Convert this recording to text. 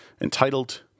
entitled